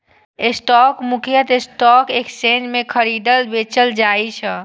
stock मुख्यतः stock exchange मे खरीदल, बेचल जाइ छै